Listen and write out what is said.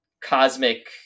cosmic